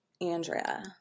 Andrea